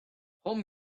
home